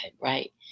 right